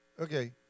Okay